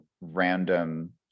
random